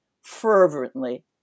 fervently